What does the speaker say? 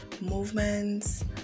movements